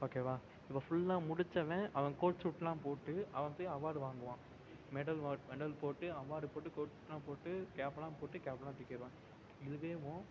ஓகேவா இப்போ ஃபுல்லாக முடிச்சவன் அவன் கோட் சூட்லாம் போட்டு அவன் போய் அவார்டு வாங்குவான் மெடல் வா மெடல் போட்டு அவார்டு போட்டு கோட் சூட்லாம் போட்டு கேப்லாம் போட்டு கேப்லாம் தூக்கி எறிவான் இதுவேவும்